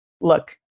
look